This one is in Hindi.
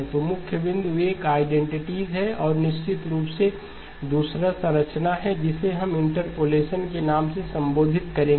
तो मुख्य बिंदु एक आइडेंटिटीस है और निश्चित रूप से दूसरा संरचना है जिसे हम इंटरपोलेशन के नाम से संबोधित करेंगे